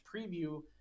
preview